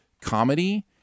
comedy